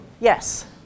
Yes